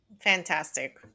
Fantastic